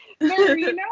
Marina